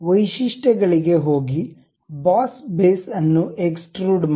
ವೈಶಿಷ್ಟ್ಯಗಳಿಗೆ ಹೋಗಿ boss base ಅನ್ನು ಎಕ್ಸ್ಟ್ರುಡ್ ಮಾಡಿ